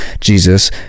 Jesus